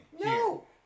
No